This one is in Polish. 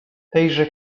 tejże